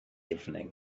evening